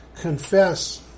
confess